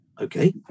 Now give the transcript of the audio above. Okay